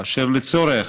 ולצורך